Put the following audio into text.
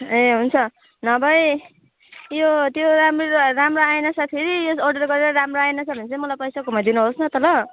ए हुन्छ नभए यो त्यो राम्रो राम्रो आएनछ फेरि अर्डर यस अर्डर गरेको राम्रो आएनछ भने चाहिँ मलाई पैसा घुमाइदिनु होस् न त ल